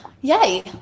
yay